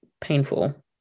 painful